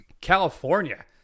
California